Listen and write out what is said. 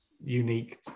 unique